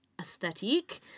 aesthetic